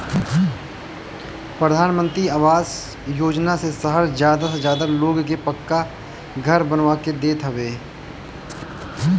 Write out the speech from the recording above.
प्रधानमंत्री आवास योजना से सरकार ज्यादा से ज्यादा लोग के पक्का घर बनवा के देत हवे